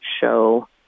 show